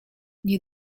nie